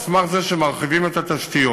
על סמך זה שמרחיבים את התשתיות.